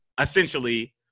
essentially